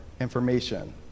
information